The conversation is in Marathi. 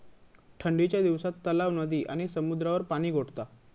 ठंडीच्या दिवसात तलाव, नदी आणि समुद्रावर पाणि गोठता